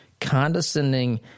condescending